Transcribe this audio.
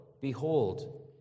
behold